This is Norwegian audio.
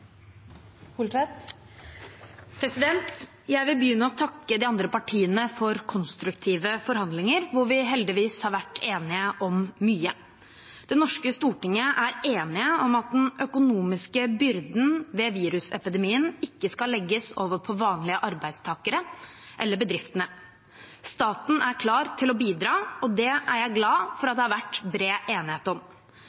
Jeg vil begynne med å takke de andre partiene for konstruktive forhandlinger, hvor vi heldigvis har vært enige om mye. Det norske stortinget er enig om at den økonomiske byrden ved virusepidemien ikke skal legges over på vanlige arbeidstakere eller bedriftene. Staten er klar til å bidra, og det er jeg glad for at